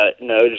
no